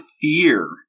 fear